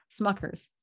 Smuckers